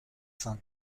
cent